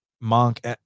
Monk